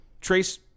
Trace